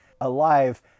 alive